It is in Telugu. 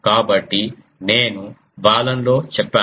కాబట్టి నేను బాలన్ లో చెప్పాను